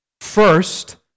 First